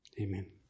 Amen